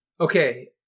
Okay